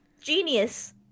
genius